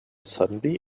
suddenly